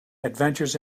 adventures